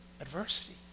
adversity